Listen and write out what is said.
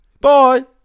Bye